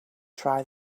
try